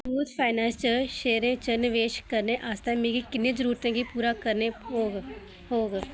Muthoot finance च शेयरें च नवेश करने आस्तै मिगी किनें जरूरतें गी पूरा करना पौग होग